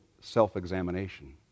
self-examination